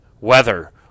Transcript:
weather